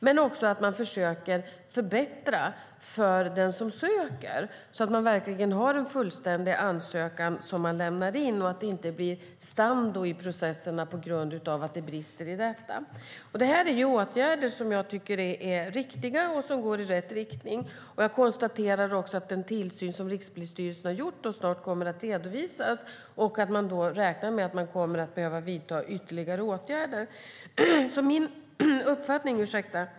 Man försöker också förbättra för den som söker, så att det verkligen blir en fullständig ansökan som lämnas in, så att det inte blir stando i processerna på grund av att det brister i detta. Det är åtgärder som jag tycker är riktiga och som går i rätt riktning. Jag konstaterar också att Rikspolisstyrelsen har gjort en tillsyn som snart kommer att redovisas och att man räknar med att man då kommer att behöva vidta ytterligare åtgärder.